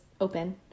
open